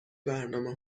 برنامه